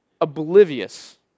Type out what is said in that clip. oblivious